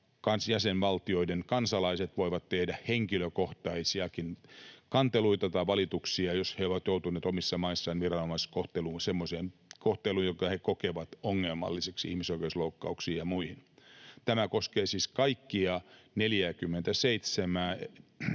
jäsenvaltioiden kansalaiset voivat tehdä henkilökohtaisiakin kanteluita tai valituksia, jos he ovat joutuneet omissa maissaan viranomaiskohteluun, semmoiseen kohteluun, jonka he kokevat ongelmalliseksi, ihmisoikeusloukkauksiin ja muihin. Tämä koskee siis kaikkien 47:n